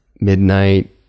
midnight